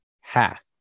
Half